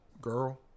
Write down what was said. girl